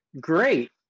Great